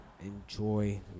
enjoy